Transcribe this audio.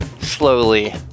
slowly